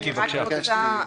מיקי חיימוביץ', בבקשה.